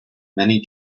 many